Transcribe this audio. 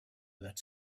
that